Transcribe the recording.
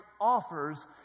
offers